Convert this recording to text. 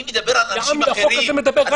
אני מדבר על אנשים אחרים -- החוק הזה מדבר רק על